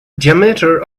diameter